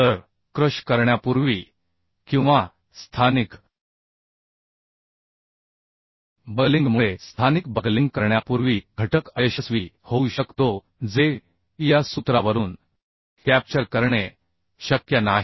तर क्रश करण्यापूर्वी किंवा स्थानिक बकलिंगमुळे स्थानिक बकलिंग करण्यापूर्वी घटक अयशस्वी होऊ शकतो जे या सूत्रावरून कॅप्चर करणे शक्य नाही